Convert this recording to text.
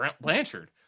Blanchard